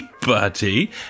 buddy